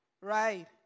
Right